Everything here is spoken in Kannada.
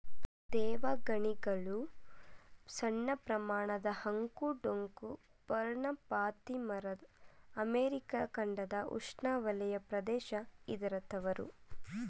ದೇವಗಣಿಗಲು ಸಣ್ಣಪ್ರಮಾಣದ ಅಂಕು ಡೊಂಕು ಪರ್ಣಪಾತಿ ಮರ ಅಮೆರಿಕ ಖಂಡದ ಉಷ್ಣವಲಯ ಪ್ರದೇಶ ಇದರ ತವರು